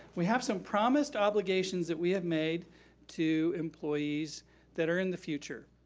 we have some promised obligations that we have made to employees that are in the future.